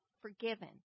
forgiven